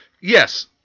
Yes